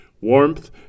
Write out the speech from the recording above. warmth